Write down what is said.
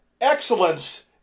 Excellence